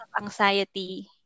anxiety